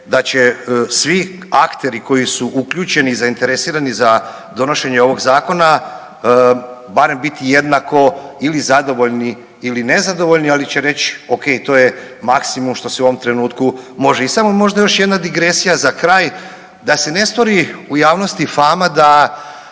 da će svi akteri koji su uključeni i zainteresirani za donošenje ovog zakona barem biti jednako ili zadovoljni ili nezadovoljni, ali će reć okej to je maksimum što se u ovom trenutku može. I samo možda još jedna digresija za kraj da se ne stvori u javnosti fama da